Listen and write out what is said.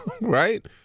Right